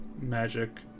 magic